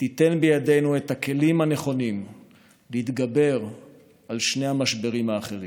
ותיתן בידינו את הכלים הנכונים להתגבר על שני המשברים האחרים.